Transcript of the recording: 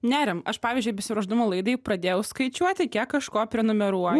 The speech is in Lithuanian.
neriam aš pavyzdžiui besiruošdama laidai pradėjau skaičiuoti kiek kažko prenumeruoju